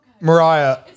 Mariah